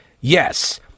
Yes